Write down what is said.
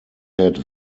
had